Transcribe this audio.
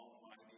almighty